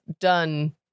done